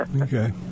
Okay